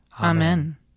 Amen